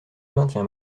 maintiens